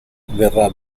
verrà